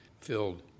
filled